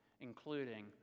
including